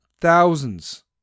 thousands